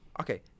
Okay